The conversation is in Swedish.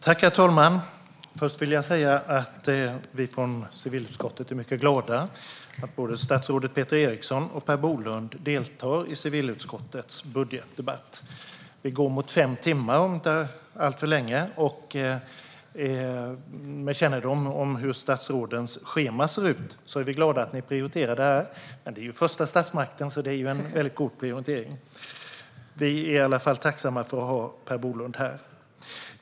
Herr talman! Först vill jag säga att vi från civilutskottet är mycket glada att både statsrådet Peter Eriksson och statsrådet Per Bolund deltar i civilutskottets budgetdebatt som nu har hållit på i nära fem timmar. Med kännedom om hur statsrådens schema ser ut är vi glada att ni prioriterar den här debatten. Riksdagen är ju första statsmakten, så det är en väldigt god prioritering. Vi är i alla fall tacksamma över att ha Per Bolund här.